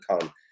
come